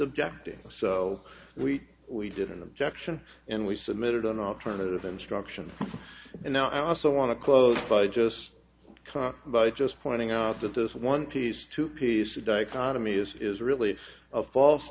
objecting so we we did an objection and we submitted an alternative instruction and now i also want to close by just cause by just pointing out that this one piece two piece of dichotomy is really a false